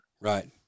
right